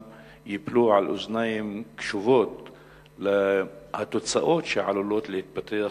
ייפלו על אוזניים קשובות התוצאות שעלולות להתפתח